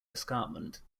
escarpment